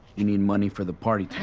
you need money for the party tonight,